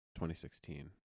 2016